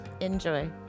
enjoy